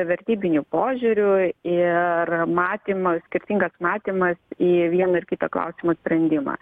vertybiniu požiūriu ir matymą skirtingas matymas į vieno ar kito klausimo sprendimą